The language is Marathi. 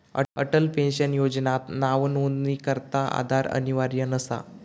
अटल पेन्शन योजनात नावनोंदणीकरता आधार अनिवार्य नसा